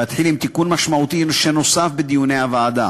ואתחיל בתיקון משמעותי שנוסף בדיוני הוועדה.